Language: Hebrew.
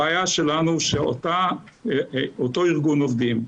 הבעיה שלנו היא שאותו ארגון עובדים,